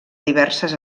diverses